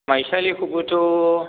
माइसालिखौबथ'